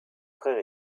frères